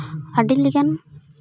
ᱟᱹᱰᱤ ᱞᱮᱠᱟᱱ